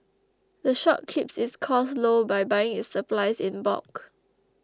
the shop keeps its costs low by buying its supplies in bulk